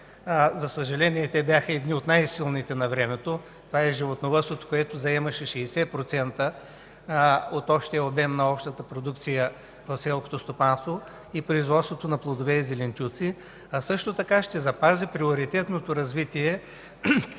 за съжаление, те бяха едни от най-силните навремето. Това е животновъдството, което заемаше 60% от общия обем на общата продукция в селското стопанство и производството на плодове и зеленчуци, а също така ще запази приоритетното развитие